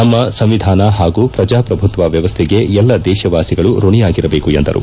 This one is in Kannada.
ನಮ್ಮ ಸಂವಿಧಾನ ಹಾಗೂ ಪ್ರಜಾಪ್ರಭುತ್ವ ವ್ಯವಸ್ಥೆಗೆ ಎಲ್ಲ ದೇಶವಾಸಿಗಳು ಋಣಿಯಾಗಿರಬೇಕು ಎಂದರು